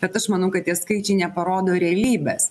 bet aš manau kad tie skaičiai neparodo realybės